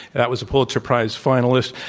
that was a pulitzer prize finalist.